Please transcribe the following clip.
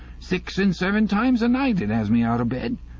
six and seven times a night it as me out of bed.